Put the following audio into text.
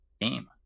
game